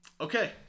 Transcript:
Okay